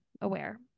aware